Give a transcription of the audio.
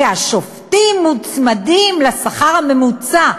כי השופטים מוצמדים לשכר הממוצע,